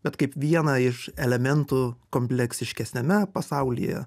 bet kaip vieną iš elementų kompleksiškesniame pasaulyje